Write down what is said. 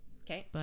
Okay